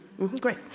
Great